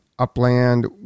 Upland